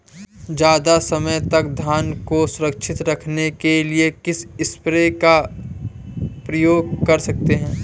ज़्यादा समय तक धान को सुरक्षित रखने के लिए किस स्प्रे का प्रयोग कर सकते हैं?